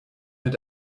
mit